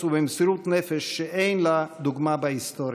ובמסירות נפש שאין להן דוגמה בהיסטוריה.